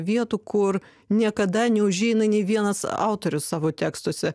vietų kur niekada neužeina nei vienas autorius savo tekstuose